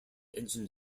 engine